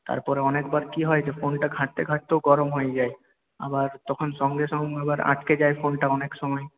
তারপরে অনেকবার কি হয় যে ফোনটা ঘাঁটতে ঘাঁটতেও গরম হয়ে যায় আবার তখন সঙ্গে সঙ্গে আবার আটকে যায় ফোনটা অনেকসময়